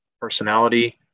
personality